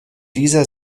dieser